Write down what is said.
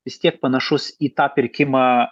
vis tiek panašus į tą pirkimą